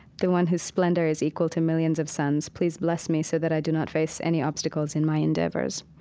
the one whose splendor is equal to millions of suns, please bless me so that i do not face any obstacles in my endeavors.